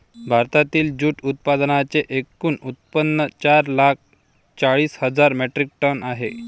भारतातील जूट उत्पादनांचे एकूण उत्पादन चार लाख चाळीस हजार मेट्रिक टन आहे